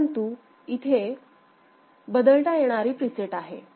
परंतु तू इथे बदलता येणारी प्रीसेट आहे